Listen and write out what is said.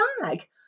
bag